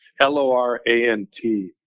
L-O-R-A-N-T